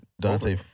Dante